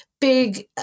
big